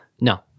No